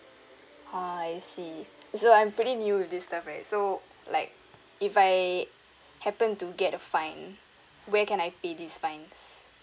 ah I see so I'm pretty new with this stuff right so like if I happened to get fine where can I pay this fines